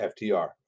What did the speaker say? ftr